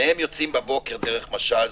שניהם יוצאים בבוקר דרך משל,